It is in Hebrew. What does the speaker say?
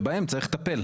ובהם צריך לטפל.